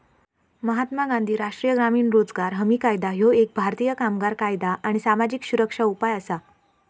महात्मा गांधी राष्ट्रीय ग्रामीण रोजगार हमी कायदा ह्यो एक भारतीय कामगार कायदा आणि सामाजिक सुरक्षा उपाय असा